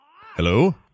hello